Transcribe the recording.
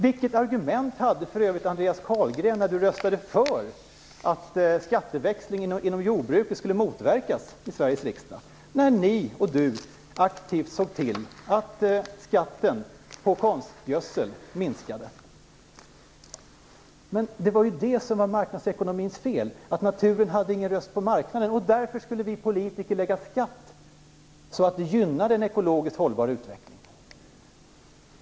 Vilket argument hade för övrigt Andreas Carlgren när han röstade för att skatteväxling inom jordbruket skulle motverkas i Sveriges riksdag? Ni, även Andreas Carlgren, såg ju aktivt till att skatten på konstgödsel minskade. Felet med marknadsekonomin var att naturen inte hade någon röst på marknaden. Vi politiker skulle lägga på en skatt just för att gynna en ekologiskt hållbar utveckling.